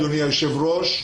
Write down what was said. אדוני היושב-ראש.